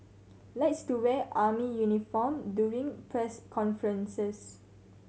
likes to wear army uniform during press conferences